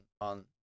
on